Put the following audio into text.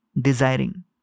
desiring